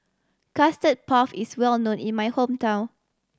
Custard Puff is well known in my hometown